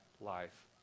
life